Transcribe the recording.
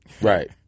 Right